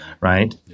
right